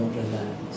relax